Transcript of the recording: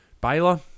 Baylor